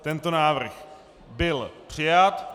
Tento návrh byl přijat.